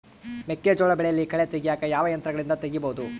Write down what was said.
ಮೆಕ್ಕೆಜೋಳ ಬೆಳೆಯಲ್ಲಿ ಕಳೆ ತೆಗಿಯಾಕ ಯಾವ ಯಂತ್ರಗಳಿಂದ ತೆಗಿಬಹುದು?